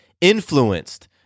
Influenced